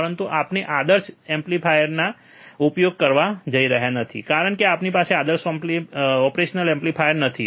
પરંતુ આપણે આદર્શ ઓપરેશનલ એમ્પ્લીફાયરનો ઉપયોગ કરવા જઈ રહ્યા નથી કારણ કે અમારી પાસે આદર્શ ઓપરેશનલ એમ્પ્લીફાયર નથી